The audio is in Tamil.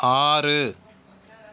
ஆறு